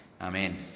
Amen